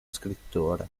scrittore